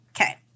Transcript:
Okay